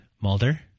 Mulder